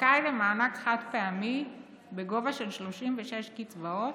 זכאי למענק חד-פעמי בגובה של 36 קצבאות,